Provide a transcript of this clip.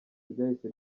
ryahise